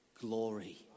glory